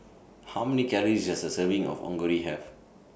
How Many Calories Does A Serving of Onigiri Have